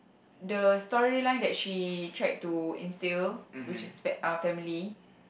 the storyline that she tried to instill which is f~ uh family